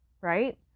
right